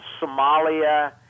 Somalia